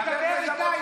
להטיף,